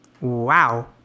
Wow